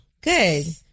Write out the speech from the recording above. Good